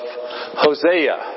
Hosea